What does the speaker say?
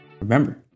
Remember